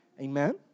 Amen